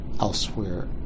elsewhere